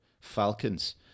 falcons